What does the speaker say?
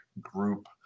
group